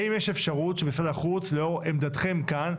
האם יש אפשרות שמשרד החוץ לאור עמדתכם כאן,